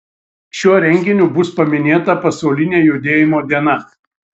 šiuo renginiu bus paminėta pasaulinė judėjimo diena